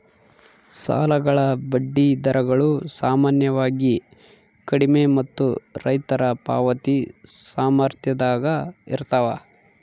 ಸಾಲಗಳ ಬಡ್ಡಿ ದರಗಳು ಸಾಮಾನ್ಯವಾಗಿ ಕಡಿಮೆ ಮತ್ತು ರೈತರ ಪಾವತಿ ಸಾಮರ್ಥ್ಯದಾಗ ಇರ್ತವ